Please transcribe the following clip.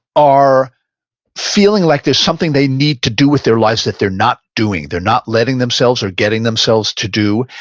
are feeling like there's something they need to do with their lives that they're not doing. they're not letting themselves or getting themselves to do,